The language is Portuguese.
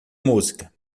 música